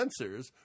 sensors